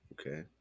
okay